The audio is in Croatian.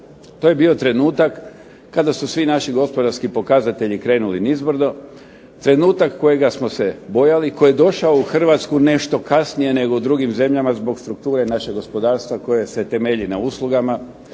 To je bio trenutak kada su svi naši gospodarski pokazatelji krenuli nizbrdo, trenutak kojeg smo se bojali, koji je došao u Hrvatsku nešto kasnije nego u drugim zemljama zbog strukture našeg gospodarstva koje se temelji na uslugama,